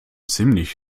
ziemlich